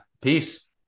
Peace